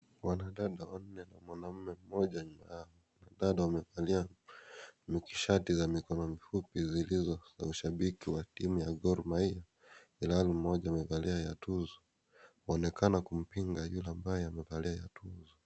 Wanadada wanne na mwanaume mmoja nyuma yao. Wanadada wamevalia shati za mikono mifupi zilizo za ushabiki wa timu ya Gormahia ilhali mmoja amevalia ya Tuzo kuonekana kumpinga yule ambaye amevalia ya Tuzo.